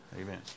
Amen